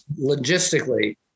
logistically